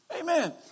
Amen